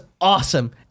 awesome